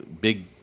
big